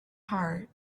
heart